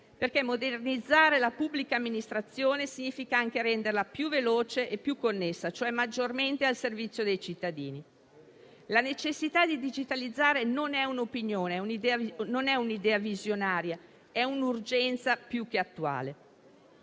Modernizzare la pubblica amministrazione significa anche renderla più veloce e più connessa, cioè maggiormente al servizio dei cittadini. La necessità di digitalizzare non è un'opinione, non è un'idea visionaria, ma è un'urgenza più che attuale.